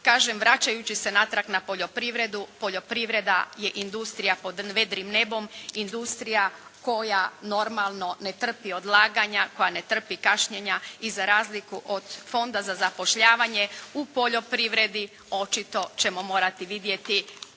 kažem vraćajući se natrag na poljoprivredu poljoprivreda je industrija pod vedrim nebom, industrija koja normalno ne trpi odlaganja, koja ne trpi kašnjenja i za razliku od Fonda za zapošljavanje u poljoprivredi očito ćemo morati vidjeti